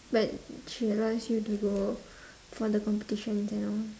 but she allows you to go for the competitions and all